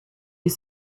est